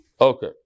Okay